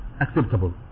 Acceptable